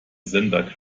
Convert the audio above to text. sender